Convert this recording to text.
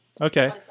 okay